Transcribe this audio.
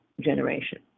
generation